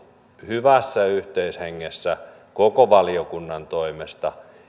hyvässä yhteishengessä koko valiokunnan toimesta